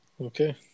Okay